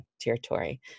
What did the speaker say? territory